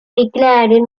declaring